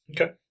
Okay